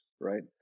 right